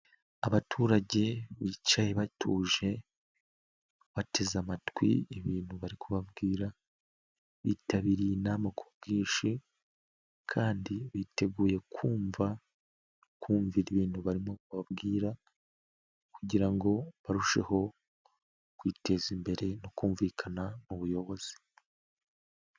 Abaturage bicaye batuje, bateze amatwi ibintu bari kubabwira, bitabiriye inama ku bwinshi kandi biteguye kumva ibintu barimo kubabwira kugira ngo barusheho kwiteza imbere no kumvikana n'ubuyobozi.